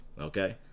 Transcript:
okay